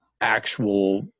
actual